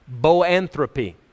Boanthropy